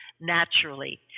naturally